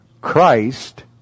Christ